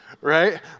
right